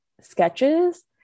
sketches